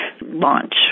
launch